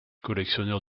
collectionneur